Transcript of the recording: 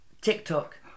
TikTok